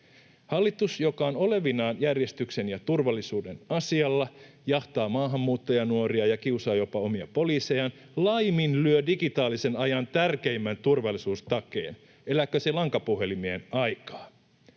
Hallitus, joka on olevinaan järjestyksen ja turvallisuuden asialla, jahtaa maahanmuuttajanuoria ja kiusaa jopa omia poliisejaan, laiminlyö digitaalisen ajan tärkeimmän turvallisuustakeen. Elääkö se lankapuhelimien aikaa?